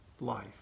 life